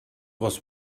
was